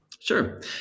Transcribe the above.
Sure